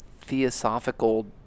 theosophical